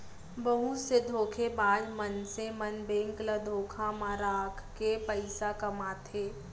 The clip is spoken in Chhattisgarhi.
बहुत से धोखेबाज मनसे मन बेंक ल धोखा म राखके पइसा कमाथे